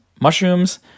mushrooms